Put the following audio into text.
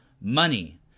money